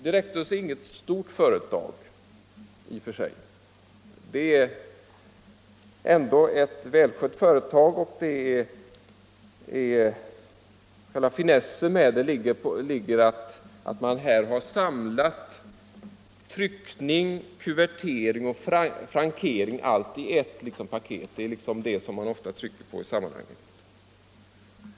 Direktus är inget stort företag i och för sig. Det är ändå ett välskött företag, och själva finessen med det ligger i att man där har samlat tryckning, kuvertering och frankering — allt i ett paket. Det är det som man ofta trycker på i sammanhanget.